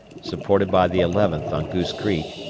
supported by the eleventh on goose creek,